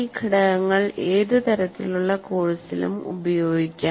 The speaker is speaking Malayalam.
ഈ ഘടകങ്ങൾ ഏത് തരത്തിലുള്ള കോഴ്സിലും ഉപയോഗിക്കാം